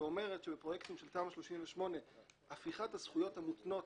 שאומרת שבפרויקטים של תמ"א 38 הפיכת הזכויות המותנות